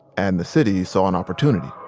and the city saw an opportunity